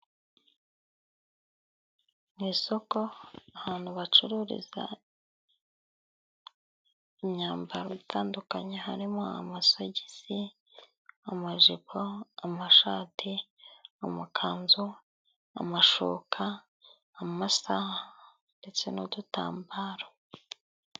Ni isoko ahantu bacururiza imyambaro itandukanye harimo: amasogisi, amajipo, amashati, amakanzu, amashuka amasaha ndetse n'udutambaro.